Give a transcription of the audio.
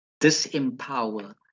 disempower